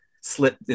slipped